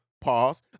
pause